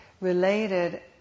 related